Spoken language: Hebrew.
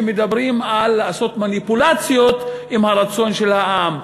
שמדברים על לעשות מניפולציות עם הרצון של העם,